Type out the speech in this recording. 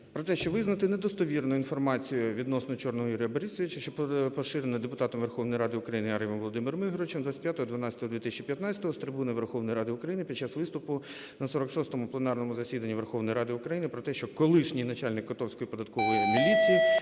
"Про те, що визнати недостовірною інформацію відносно Чорного Ігоря Борисовича, що поширена депутатом Верховної Ради України Ар'євим Володимиром Ігоровичем 25.12.2015 з трибуни Верховної Ради України під час виступу на 46 пленарному засіданні Верховної Ради України про те, що колишній начальник Котовської податкової міліції